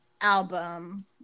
album